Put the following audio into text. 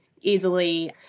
easily